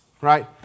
Right